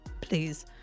Please